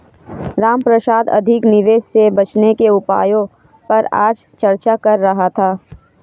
रामप्रसाद अधिक निवेश से बचने के उपायों पर आज चर्चा कर रहा था